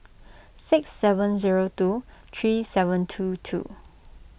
six seven zero two three seven two two